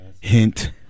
Hint